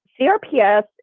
CRPS